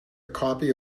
copy